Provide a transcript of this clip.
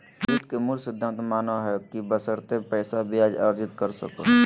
वित्त के मूल सिद्धांत मानय हइ कि बशर्ते पैसा ब्याज अर्जित कर सको हइ